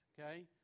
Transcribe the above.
Okay